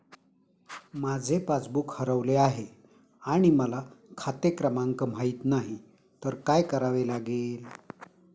माझे पासबूक हरवले आहे आणि मला खाते क्रमांक माहित नाही तर काय करावे लागेल?